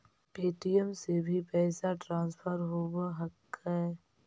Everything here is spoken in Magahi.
पे.टी.एम से भी पैसा ट्रांसफर होवहकै?